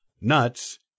nuts